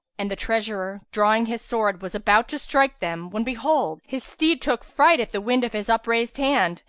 and the treasurer, drawing his sword, was about to strike them, when behold, his steed took fright at the wind of his upraised hand,